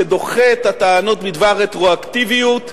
שדוחה את הטענות בדבר רטרואקטיביות,